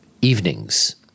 evenings